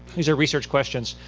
these are research questions.